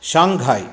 Shanghai